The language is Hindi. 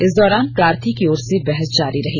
इस दौरान प्रार्थी की ओर से बहस जारी रही